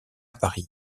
paris